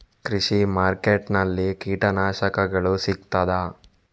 ಕೃಷಿಮಾರ್ಕೆಟ್ ನಲ್ಲಿ ಕೀಟನಾಶಕಗಳು ಸಿಗ್ತದಾ?